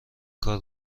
کار